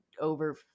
over